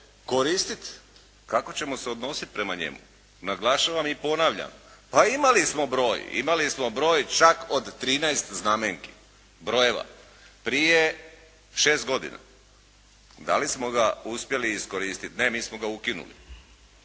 koristiti, kako ćemo se odnosi prema njemu. Naglašavam i ponavljam, pa imali smo broj, imali smo broj čak od 13 znamenki, brojeva, prije 13 godina. Da li smo ga uspjeli iskoristiti? Ne mi smo ga ukinuli!